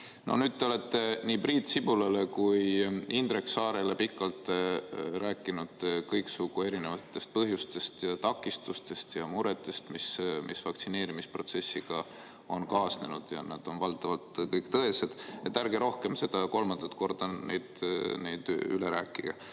Nüüd te olete nii Priit Sibulale kui ka Indrek Saarele pikalt rääkinud kõiksugu erinevatest põhjustest, takistustest ja muredest, mis vaktsineerimisprotsessiga on kaasnenud. Need on valdavalt kõik tõesed, nii et ärge rohkem, kolmandat korda seda üle rääkige.